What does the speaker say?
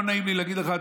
לא נעים לי להגיד לך,